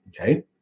okay